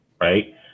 right